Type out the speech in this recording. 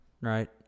right